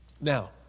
Now